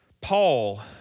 Paul